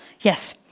yes